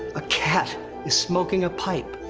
a cat is smoking a pipe!